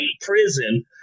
prison